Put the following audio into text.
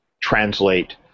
translate